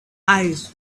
eyes